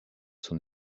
sont